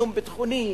איום ביטחוני,